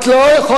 את לא יכולה,